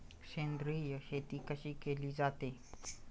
सेंद्रिय शेती कशी केली जाते?